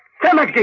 fellow,